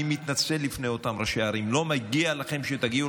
אני מתנצל בפני אותם ראשי ערים: לא מגיע לכם שתגיעו